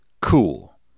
cool